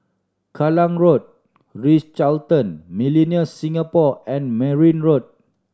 Kallang Road Ritz Carlton Millenia Singapore and Merryn Road